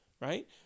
right